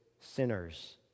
sinners